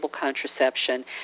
contraception